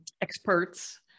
experts